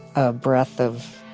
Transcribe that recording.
a breath of,